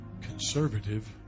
conservative